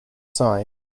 side